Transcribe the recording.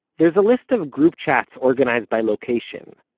there's a list of group chats organized by location,